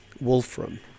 Wolfram